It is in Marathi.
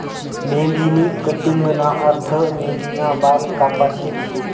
मेंढीनी कटिंगना अर्थ मेंढीना बाल कापाशे शे